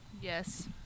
Yes